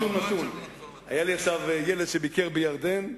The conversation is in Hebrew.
יש לי ילד שביקר עכשיו בירדן,